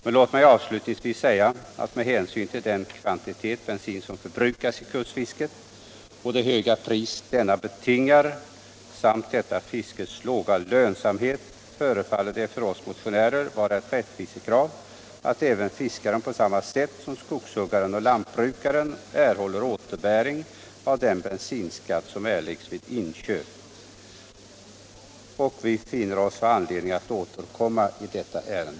Men låt mig avslutningsvis säga att med hänsyn till den kvantitet bensin som förbrukas i kustfisket och det höga pris denna betingar samt kustfiskets låga lönsamhet förefaller det för oss motionärer vara ett rättvisekrav att fiskaren, på samma sätt som skogs huggaren och lantbrukaren, erhåller återbäring av den bensinskatt som erläggs vid inköp av bensin. Vi finner oss ha anledning att återkomma i detta ärende.